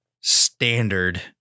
standard